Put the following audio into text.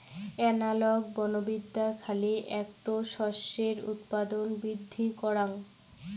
analogue বনবিদ্যা খালি এ্যাকটো শস্যের উৎপাদন বৃদ্ধি করাং